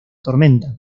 tormenta